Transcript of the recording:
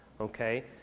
okay